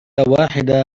واحدة